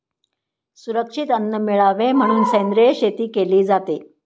सुरक्षित अन्न मिळावे म्हणून सेंद्रिय शेती केली जाते